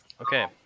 Okay